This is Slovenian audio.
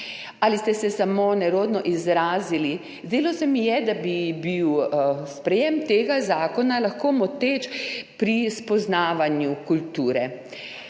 ali ste se samo nerodno izrazili. Zdelo se mi je, da bi bil sprejem tega zakona lahko moteč pri spoznavanju kulture.